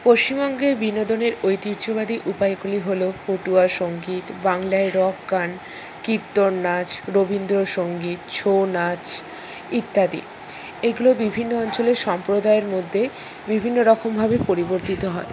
পশ্চিমবঙ্গের বিনোদনের ঐতিহ্যবাহী উপায়গুলি হল পটুয়া সঙ্গীত বাংলায় রক গান কীর্তন নাচ রবীন্দ্রসঙ্গীত ছৌ নাচ ইত্যাদি এগুলো বিভিন্ন অঞ্চলের সম্প্রদায়ের মধ্যে বিভিন্ন রকমভাবে পরিবর্তিত হয়